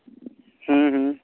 ᱦᱚᱸ ᱦᱚᱸ